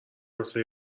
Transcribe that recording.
مثل